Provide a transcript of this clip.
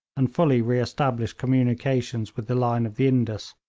and fully re-established communications with the line of the indus,